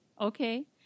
Okay